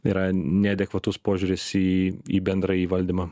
yra neadekvatus požiūris į į bendrąjį valdymą